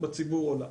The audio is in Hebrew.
בציבור עולה.